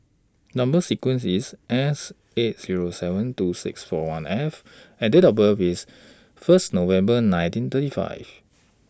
Number sequence IS S eight Zero seven two six four one F and Date of birth IS First November nineteen thirty five